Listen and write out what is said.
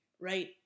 Right